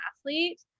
athlete